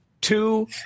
two